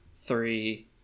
three